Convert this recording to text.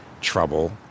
trouble